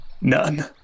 None